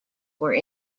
were